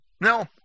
No